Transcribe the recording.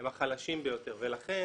הם החלשים ביותר, ולכן